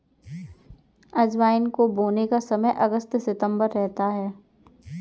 अजवाइन को बोने का समय अगस्त सितंबर रहता है